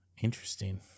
Interesting